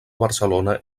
barcelona